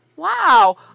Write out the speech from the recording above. Wow